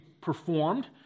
performed